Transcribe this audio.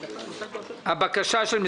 הצבעה בעד, רוב נגד, נמנעים, בקשה מס'